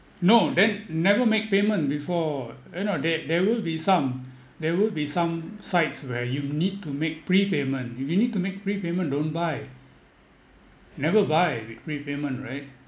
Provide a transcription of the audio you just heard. no then never make payment before you know there there will be some there will be some sites where you need to make prepayment if you need to make prepayment don't buy never buy with prepayment right